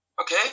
Okay